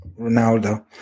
Ronaldo